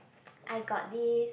I got this